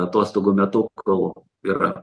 atostogų metu kol yra